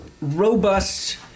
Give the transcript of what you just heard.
robust